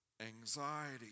anxiety